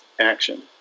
action